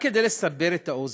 רק כדי לסבר את האוזן,